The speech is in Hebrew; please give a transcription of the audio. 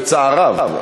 בצער רב,